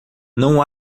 não